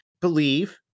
believe